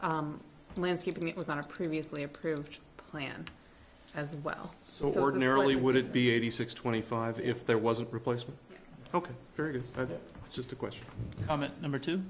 landscaping it was on a previously approved plan as well so ordinarily would it be eighty six twenty five if there wasn't replacement ok but it was just a question comment number two